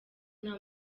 nta